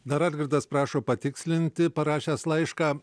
dar algirdas prašo patikslinti parašęs laišką